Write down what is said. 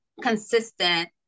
consistent